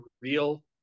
real